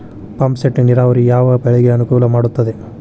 Pump set ನೇರಾವರಿ ಯಾವ್ ಬೆಳೆಗೆ ಅನುಕೂಲ ಮಾಡುತ್ತದೆ?